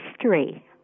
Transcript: history